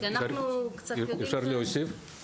כי אנחנו יודעים על